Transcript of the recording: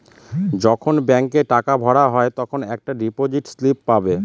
যখন ব্যাঙ্কে টাকা ভরা হয় তখন একটা ডিপোজিট স্লিপ পাবে